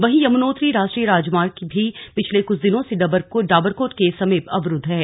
वहीं यमुनोत्री राष्ट्रीय राजमार्ग भी पिछले कुछ दिनों से डाबरकोट के समीप अवरूद्ध है